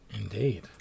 Indeed